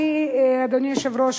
אדוני היושב-ראש,